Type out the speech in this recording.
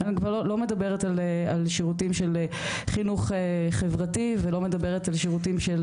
אני כבר לא מדברת על שירותים של חינוך חברתי ולא מדברת על שירותים של